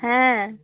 হ্যাঁ